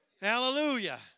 Hallelujah